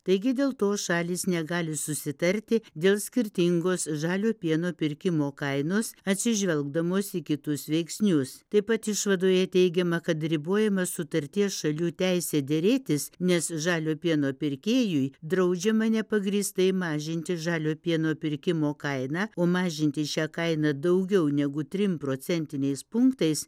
taigi dėl to šalys negali susitarti dėl skirtingos žalio pieno pirkimo kainos atsižvelgdamos į kitus veiksnius taip pat išvadoje teigiama kad ribojama sutarties šalių teisė derėtis nes žalio pieno pirkėjui draudžiama nepagrįstai mažinti žalio pieno pirkimo kainą o mažinti šią kainą daugiau negu trim procentiniais punktais